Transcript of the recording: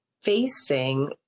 facing